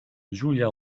julia